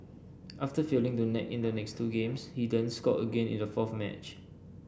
after failing to net in the next two games he then scored again in the fourth match